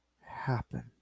happen